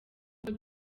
uko